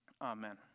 Amen